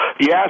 Yes